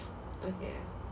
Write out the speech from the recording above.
okay